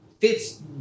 Fits